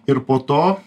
ir po to